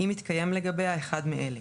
אם מתקיים לגביה אחד מאלה: